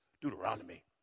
Deuteronomy